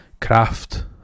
craft